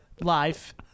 life